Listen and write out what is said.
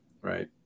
Right